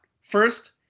First